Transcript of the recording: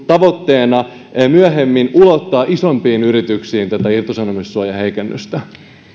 tavoitteena myöhemmin ulottaa isompiin yrityksiin tätä irtisanomissuojan heikennystä